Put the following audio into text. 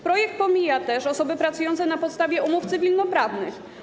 Projekt pomija też osoby pracujące na podstawie umów cywilnoprawnych.